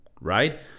right